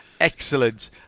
Excellent